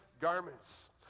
garments